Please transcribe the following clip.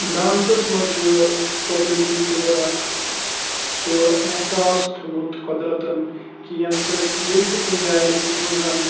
ڈانسَس منٛز چھُ قۄدرٔتی طور اکھ سُہ احساس تھومُت قۄدرَتَن کہِ ییٚمہِ سۭتۍ ییٚلہِ تہِ کُنہِ جایہِ أسۍ وٕچھو زَن